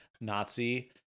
nazi